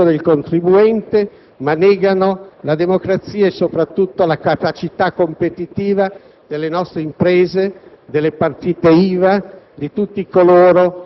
sanciti dallo Statuto del contribuente, ma negano la democrazia e, soprattutto, la capacità competitiva delle nostre imprese, delle partite IVA,